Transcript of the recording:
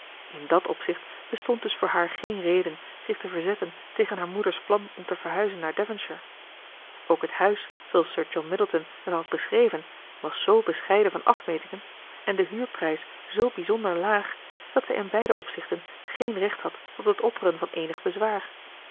in dat opzicht bestond dus voor haar geen reden zich te verzetten tegen haar moeder's plan om te verhuizen naar devonshire ook het huis zooals sir john middleton het had beschreven was zoo bescheiden van afmetingen en de huurprijs zoo bijzonder laag dat zij in beide opzichten geen recht had tot het opperen van eenig bezwaar